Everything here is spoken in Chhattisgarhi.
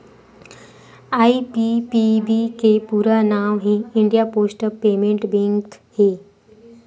आई.पी.पी.बी के पूरा नांव हे इंडिया पोस्ट पेमेंट बेंक हे